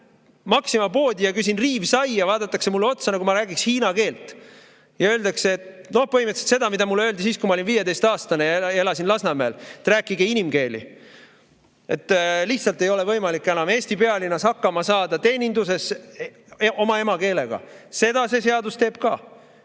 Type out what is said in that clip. Maxima poodi ja küsin riivsaia, siis vaadatakse mulle otsa, nagu ma räägiks hiina keelt, ja öeldakse põhimõtteliselt seda, mida mulle öeldi siis, kui ma olin 15-aastane ja elasin Lasnamäel: rääkige inimkeeli. Lihtsalt ei ole võimalik enam Eesti pealinnas hakkama saada teeninduses oma emakeelega. Seda see seadus teeb ka.